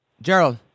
Gerald